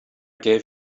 gave